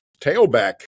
tailback